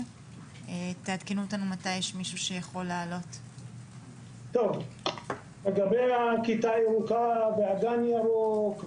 נכון ל-17 באוקטובר נפתחו 475 כיתות ירוקות בכל המודלים.